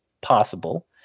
possible